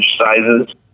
sizes